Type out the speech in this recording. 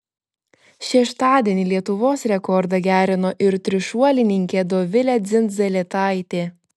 šeštadienį lietuvos rekordą gerino ir trišuolininkė dovilė dzindzaletaitė